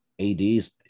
AD's